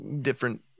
different